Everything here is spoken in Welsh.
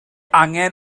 angen